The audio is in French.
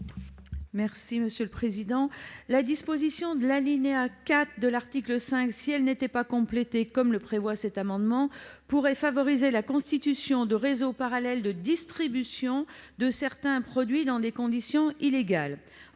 Mme Catherine Dumas. La disposition de l'alinéa 4 de l'article 5, si elle n'était pas complétée, comme le prévoit cet amendement, pourrait favoriser la constitution de réseaux parallèles de distribution de certains produits dans des conditions illégales.